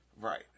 Right